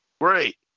Great